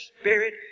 Spirit